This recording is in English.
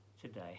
today